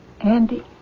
Andy